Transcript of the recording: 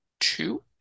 Two